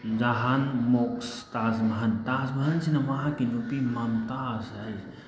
ꯖꯍꯥꯟ ꯃꯣꯛꯁ ꯇꯥꯖ ꯃꯍꯜ ꯇꯥꯖ ꯃꯍꯜꯁꯤꯅ ꯃꯍꯥꯛꯀꯤ ꯅꯨꯄꯤ ꯃꯝꯇꯥꯖ ꯍꯥꯏꯔꯤꯁꯦ